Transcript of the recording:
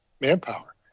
Manpower